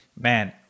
Man